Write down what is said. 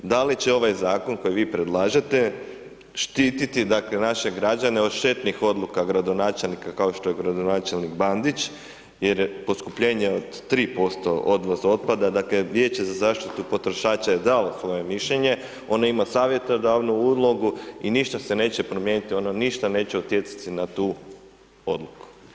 Da li će ovaj zakon koji vi predlažete štiti dakle naše građane od štetnih odluka gradonačelnika kao što je gradonačelnik Bandić jer je poskupljenje od 3% odvoz otpada, dakle Vijeće za zaštitu potrošača je dalo svoje mišljenje, ona ima savjetodavnu ulogu i ništa se neće promijeniti, ona ništa neće utjecati na tu odluku.